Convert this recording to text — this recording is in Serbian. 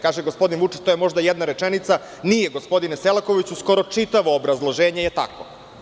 Kaže gospodin Vučić, to je možda jedna rečenica, nije gospodine Selakoviću, skoro čitavo obrazloženje je takvo.